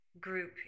group